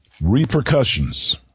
repercussions